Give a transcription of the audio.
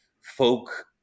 folk